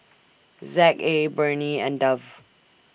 Z A Burnie and Dove